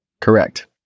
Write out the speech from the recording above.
Correct